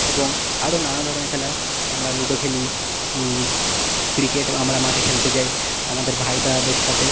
এবং আরও নানা ধরনের খেলা আমরা লুডো খেলি ক্রিকেট আমরা মাঠে খেলতে যাই আমাদের ভাই দাদাদের সাথে